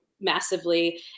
massively